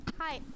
Hi